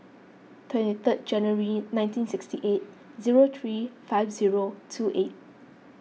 twenty third January nineteen sixty eight zero three five zero two eight